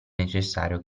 necessario